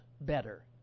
better